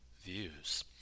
views